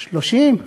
30?